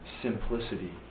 Simplicity